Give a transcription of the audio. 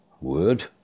word